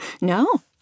No